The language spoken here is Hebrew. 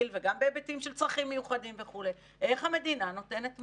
וגם בהיבטים של צרכים מיוחדים וכו' איך המדינה נותנת מענה.